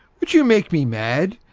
would you make me mad?